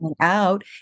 out